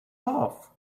off